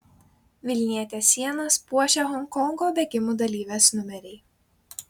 vilnietės sienas puošia honkongo bėgimų dalyvės numeriai